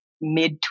Mid